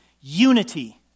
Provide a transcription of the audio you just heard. unity